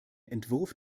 entwurf